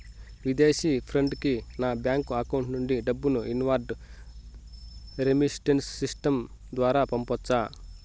విదేశీ ఫ్రెండ్ కి నా బ్యాంకు అకౌంట్ నుండి డబ్బును ఇన్వార్డ్ రెమిట్టెన్స్ సిస్టం ద్వారా పంపొచ్చా?